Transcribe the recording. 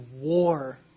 war